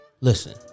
Listen